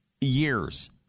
years